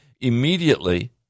immediately